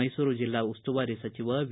ಮೈಸೂರು ಜಿಲ್ಲಾ ಉಸ್ತುವಾರಿ ಸಚಿವರಾದ ವಿ